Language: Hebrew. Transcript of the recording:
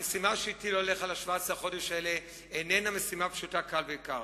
המשימה שהטילו עליך ל-17 החודש האלה איננה משימה פשוטה כלל ועיקר.